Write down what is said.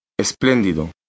Espléndido